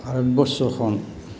ভাৰতবৰ্ষখন